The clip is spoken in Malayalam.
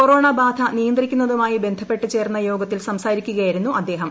കൊറോണ ബാധ നിയന്ത്രിക്കുന്നതുമായി ബന്ധപ്പെട്ടു ചേർന്ന യോഗത്തിൽ സംസാരിക്കുകയായിരുന്നു അദ്ദേഹം